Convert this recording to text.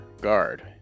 guard